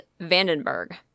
Vandenberg